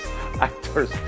actors